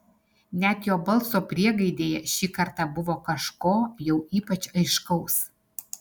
net jo balso priegaidėje šį kartą buvo kažko jau ypač aiškaus